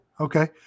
okay